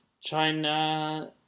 china